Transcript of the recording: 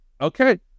Okay